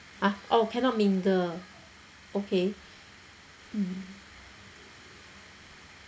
ah oh cannot mingle okay mm